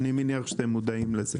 אני מניח שאתם מודעים לזה.